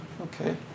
Okay